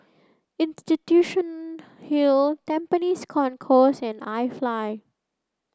Institution Hill Tampines Concourse and iFly